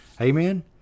Amen